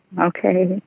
Okay